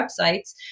websites